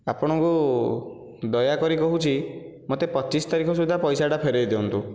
ଆପଣଙ୍କୁ ଦୟା କରି କହୁଛି ମୋତେ ପଚିଶ ତାରିଖ ସୁଦ୍ଧା ପଇସାଟା ଫେରାଇ ଦିଅନ୍ତୁ